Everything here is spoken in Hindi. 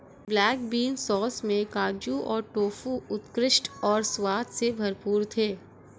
ब्लैक बीन सॉस में काजू और टोफू उत्कृष्ट और स्वाद से भरपूर थे